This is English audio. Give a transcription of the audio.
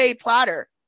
platter